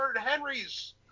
Henry's